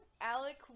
Alec